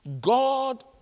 God